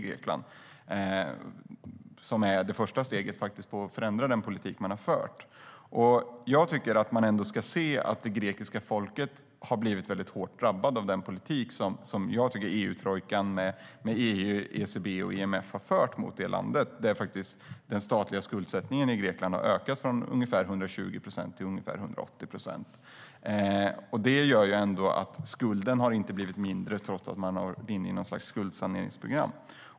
Det är det första steget för att förändra den förda politiken. Jag tycker ändå att det grekiska folket har blivit väldigt hårt drabbat av den politik som EU-trojkan med EU, ECB och IMF har fört mot det landet. Den statliga skuldsättningen i Grekland har ökat från ungefär 120 procent till 180 procent. Det gör att skulden inte har blivit mindre trots att man genomgår något slags skuldsaneringsprogram.